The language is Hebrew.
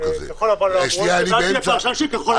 כחול לבן לא אמרו את זה ואל תהיה פרשן של כחול לבן.